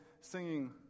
singing